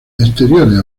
exteriores